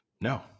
No